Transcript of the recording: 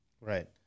Right